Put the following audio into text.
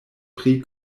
pri